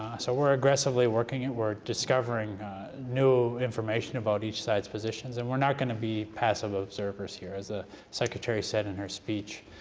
so we're aggressively working at work. we're discovering new information about each side's positions, and we're not going to be passive observers here. as the secretary said in her speech,